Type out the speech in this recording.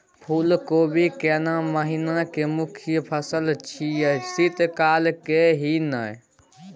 फुल कोबी केना महिना के मुखय फसल छियै शीत काल के ही न?